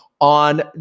on